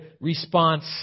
response